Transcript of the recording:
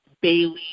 Bailey